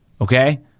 Okay